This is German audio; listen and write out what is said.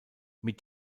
mit